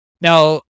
Now